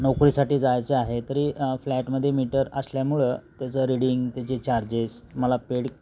नोकरीसाठी जायचं आहे तरी फ्लॅटमध्ये मीटर असल्यामुळं त्याचं रिडिंग त्याचे चार्जेस मला पेड